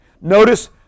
Notice